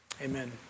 Amen